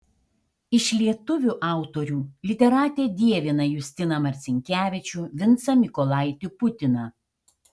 iš lietuvių autorių literatė dievina justiną marcinkevičių vincą mykolaitį putiną